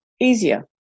easier